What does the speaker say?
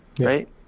right